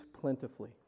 plentifully